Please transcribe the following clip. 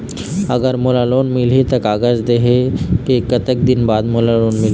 अगर मोला लोन मिलही त कागज देहे के कतेक दिन बाद मोला लोन मिलही?